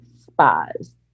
spas